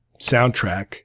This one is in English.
soundtrack